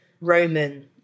Roman